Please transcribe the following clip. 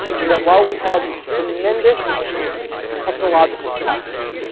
and that while we had tremendous technological capacity,